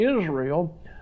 israel